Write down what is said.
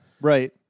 Right